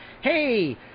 hey